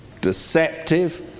deceptive